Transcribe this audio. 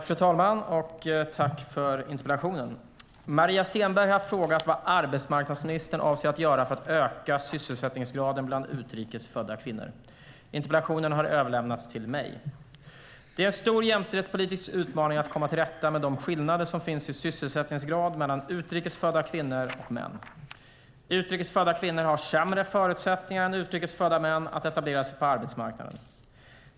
Fru talman! Jag tackar för interpellationen. Maria Stenberg har frågat vad arbetsmarknadsministern avser att göra för att öka sysselsättningsgraden bland utrikes födda kvinnor. Interpellationen har överlämnats till mig. Det är en stor jämställdhetspolitisk utmaning att komma till rätta med de skillnader som finns i sysselsättningsgrad mellan utrikes födda kvinnor och män. Utrikes födda kvinnor har sämre förutsättningar än utrikes födda män att etablera sig på arbetsmarknaden.